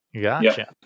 Gotcha